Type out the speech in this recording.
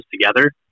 together